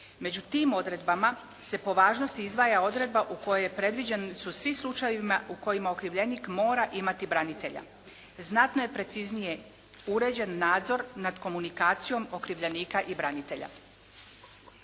Među tim odredbama se po važnosti izdvaja odredba u kojoj su predviđeni svim slučajevima u kojima okrivljenik mora imati branitelja. Znatno je preciznije uređen nadzor nad komunikacijom okrivljenika i branitelja.